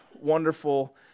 wonderful